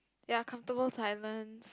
ya comfortable silence